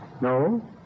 No